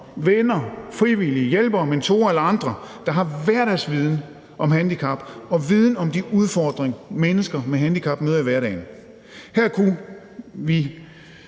venner, frivillige, hjælpere, mentorer eller andre, der har hverdagsviden om handicap og viden om de udfordringer, mennesker med handicap møder i hverdagen. Her kunne vi